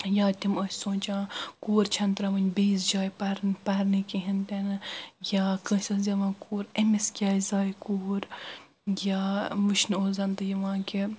یا تِم ٲسۍ سونٛچان کوٗر چھنہٕ ترٛاوٕنۍ بیٚیِس جایہِ پرنہِ پرنہِ کہیٖنۍ تہِ نہٕ یا کٲنٛسہِ زایہِ کوٗر أمِس کیٛازِ زایہِ کوٗر یا وٕچھنہِ اوس زن تہِ یِوان کینٛہہ